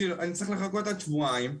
שאני צריך לחכות עד שבועיים,